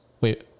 Wait